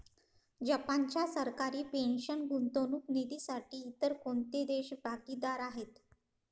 जपानच्या सरकारी पेन्शन गुंतवणूक निधीसाठी इतर कोणते देश भागीदार आहेत?